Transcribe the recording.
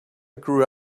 grew